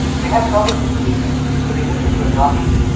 they had trouble conceiving, so they looked into adoption.